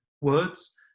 words